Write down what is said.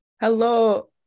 Hello